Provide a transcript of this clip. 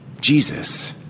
Jesus